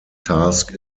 task